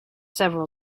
several